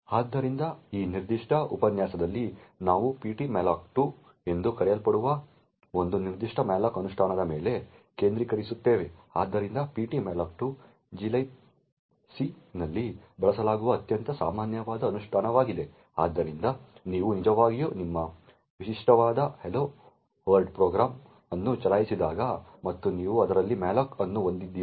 ಆದ್ದರಿಂದ ಈ ನಿರ್ದಿಷ್ಟ ಉಪನ್ಯಾಸದಲ್ಲಿ ನಾವು ptmalloc2 ಎಂದು ಕರೆಯಲ್ಪಡುವ ಒಂದು ನಿರ್ದಿಷ್ಟ malloc ಅನುಷ್ಠಾನದ ಮೇಲೆ ಕೇಂದ್ರೀಕರಿಸುತ್ತೇವೆ ಆದ್ದರಿಂದ ptmalloc2 glibc ನಲ್ಲಿ ಬಳಸಲಾಗುವ ಅತ್ಯಂತ ಸಾಮಾನ್ಯವಾದ ಅನುಷ್ಠಾನವಾಗಿದೆ ಆದ್ದರಿಂದ ನೀವು ನಿಜವಾಗಿಯೂ ನಿಮ್ಮ ವಿಶಿಷ್ಟವಾದ ಹಲೋ ವರ್ಲ್ಡ್ ಪ್ರೋಗ್ರಾಂ ಅನ್ನು ಚಲಾಯಿಸಿದಾಗ ಮತ್ತು ನೀವು ಅದರಲ್ಲಿ malloc ಅನ್ನು ಹೊಂದಿದ್ದೀರಿ